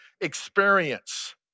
experience